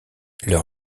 leur